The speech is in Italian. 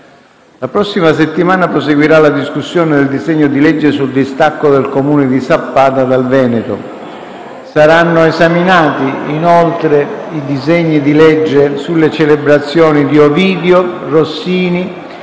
La prossima settimana proseguirà la discussione del disegno di legge sul distacco del Comune di Sappada dal Veneto. Saranno esaminati, inoltre, i disegni di legge sulle celebrazioni di Ovidio, Rossini,